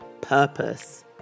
purpose